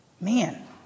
man